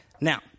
Now